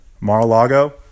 Mar-a-Lago